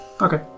Okay